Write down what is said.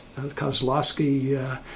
Kozlowski